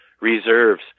reserves